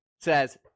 says